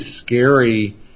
scary